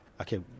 okay